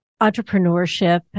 entrepreneurship